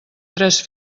tres